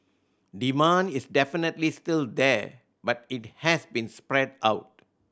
demand is definitely still there but it has been spread out